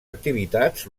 activitats